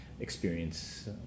experience